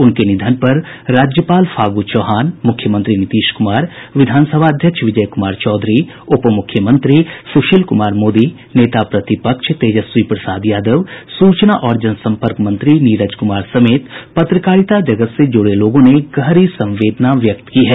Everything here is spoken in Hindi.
उनके निधन पर राज्यपाल फागू चौहान मुख्यमंत्री नीतीश कुमार विधानसभा अध्यक्ष विजय कुमार चौधरी उपमुख्यमंत्री सुशील कुमार मोदी नेता प्रतिपक्ष तेजस्वी प्रसाद यादव सूचना और जनसंपर्क मंत्री नीरज कुमार समेत पत्रकारिता जगत से जुड़े लोगों ने गहरी संवेदना व्यक्त की है